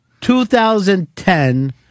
2010